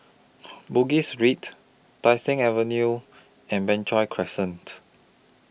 Bugis Street Tai Seng Avenue and Crescent